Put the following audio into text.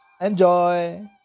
Enjoy